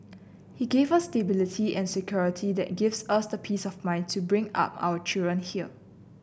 he gave us stability and security that gives us the peace of mind to bring up our children here